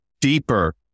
deeper